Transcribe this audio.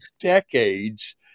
decades